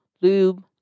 lube